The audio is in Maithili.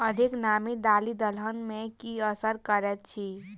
अधिक नामी दालि दलहन मे की असर करैत अछि?